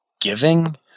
giving